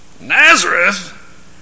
Nazareth